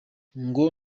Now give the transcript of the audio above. ngo